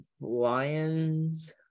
Lions